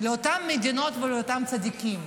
לאותן מדינות ולאותם צדיקים,